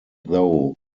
though